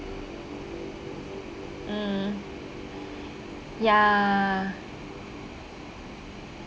mm ya